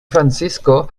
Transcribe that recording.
francisco